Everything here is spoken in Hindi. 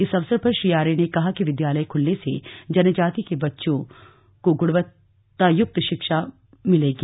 इस अवसर पर श्री आर्य ने कहा कि विद्यालय खुलने से जनजाति के बच्चों गुणवत्ता युक्त शिक्षा मिलेगी